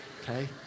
Okay